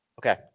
Okay